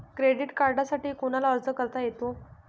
Credit कार्डसाठी कोणाला अर्ज करता येतो?